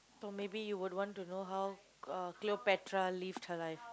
so maybe you would want to know how uh Cleopatra lived her life